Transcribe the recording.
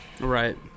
right